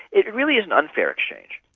it really is an unfair exchange.